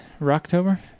Rocktober